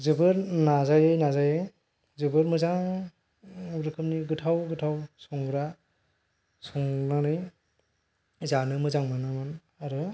जोबोद नाजायै नाजायै जोबोद मोजां रोखोमनि गोथाव गोथाव संग्रा संनानै जानो मोजां मोनोमोन आरो